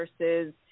versus